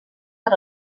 per